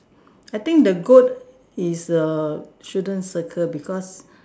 I think the goat is a shouldn't circle because